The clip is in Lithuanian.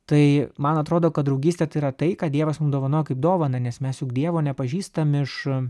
tai man atrodo kad draugystė tai yra tai ką dievas mum dovanojo kaip dovaną nes mes juk dievo nepažįstam iš